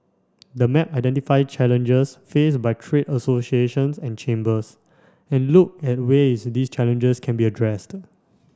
the map identify challenges faced by trade associations and chambers and look at ways these challenges can be addressed